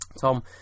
Tom